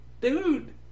dude